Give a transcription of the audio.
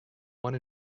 one